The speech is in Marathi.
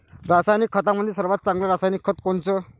रासायनिक खतामंदी सर्वात चांगले रासायनिक खत कोनचे?